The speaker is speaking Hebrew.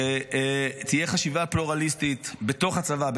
תהיה חשיבה פלורליסטית בתוך הצבא,